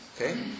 Okay